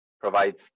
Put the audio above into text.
provides